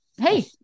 Hey